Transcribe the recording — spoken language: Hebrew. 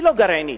ולא גרעינית.